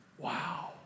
Wow